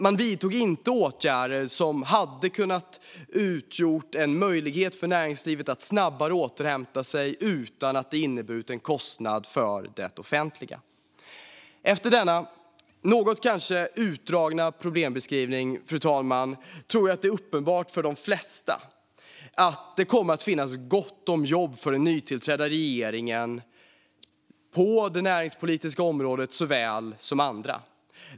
Man vidtog inte åtgärder som hade kunnat utgöra en möjlighet för näringslivet att återhämta sig snabbare utan att det hade inneburit en kostnad för det offentliga. Efter denna kanske något utdragna problembeskrivning, fru talman, tror jag att det är uppenbart för de flesta att det kommer att finnas gott om jobb för den nytillträdda regeringen på såväl det näringspolitiska som andra områden.